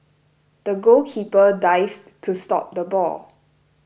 the goalkeeper dived to stop the ball